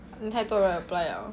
think 太多人 apply liao